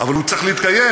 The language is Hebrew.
אבל הוא צריך להתקיים,